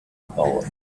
power